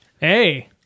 hey